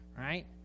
Right